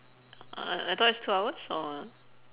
oh oh I thought is two hours or what